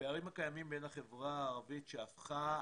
הפערים הקיימים בין החברה הערבית שהפכה,